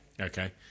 Okay